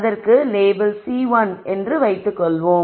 அதற்கு label C1 என்று வைத்துக் கொள்வோம்